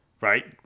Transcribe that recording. right